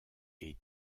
est